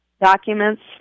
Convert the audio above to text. documents